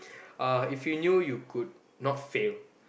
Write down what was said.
uh if you knew you could not fail